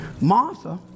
Martha